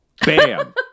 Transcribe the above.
Bam